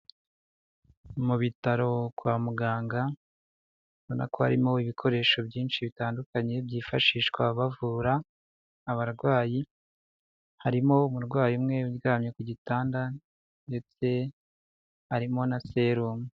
Mu bitaro kwa muganga ubona ko harimo ibikoresho byinshi bitandukanye byifashishwa bavura abarwayi, harimo umurwayi umwe uryamye ku gitanda ndetse arimo na serumo.